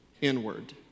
inward